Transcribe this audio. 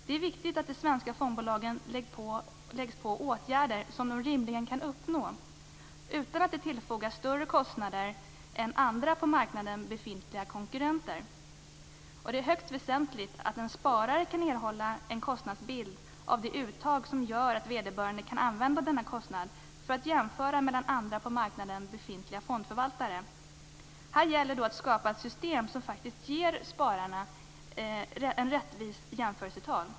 Det är viktigt att de svenska fondbolagen åläggs åtgärder som de rimligen kan vidta utan att tillfogas större kostnader än andra på marknaden befintliga konkurrenter. Det är högst väsentligt att en sparare kan erhålla en kostnadsbild av uttagen som vederbörande kan använda för att jämföra mellan andra på marknaden befintliga fondförvaltare. Här gäller då att skapa ett system som faktiskt ger spararna rättvisande jämförelsetal.